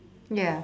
ya